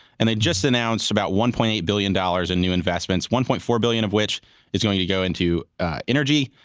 and they just announced about one point eight billion dollars in new investments, one point four billion dollars of which is going to go into energy,